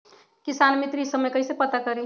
किसान मित्र ई सब मे कईसे पता करी?